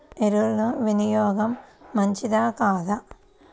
ఎరువుల వినియోగం మంచిదా కాదా?